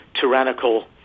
tyrannical